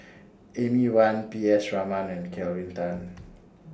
Amy Van P S Raman and Kelvin Tan